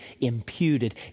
imputed